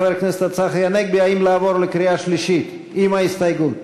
חבר הכנסת צחי הנגבי: האם לעבור לקריאה שלישית עם ההסתייגות?